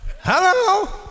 Hello